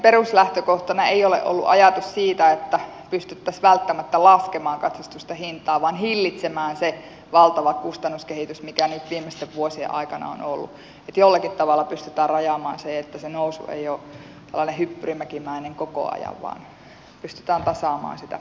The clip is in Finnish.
peruslähtökohtana ei ole ollut ajatus siitä että pystyttäisiin välttämättä laskemaan katsastusten hintaa vaan hillitsemään se valtava kustannuskehitys mikä nyt viimeisten vuosien aikana on ollut niin että jollakin tavalla pystytään rajaamaan se että se nousu ei ole tällainen hyppyrimäkimäinen koko ajan vaan pystytään tasaamaan sitä